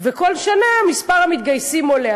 וכל שנה מספר המתגייסים עולה.